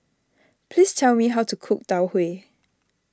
please tell me how to cook Tau Huay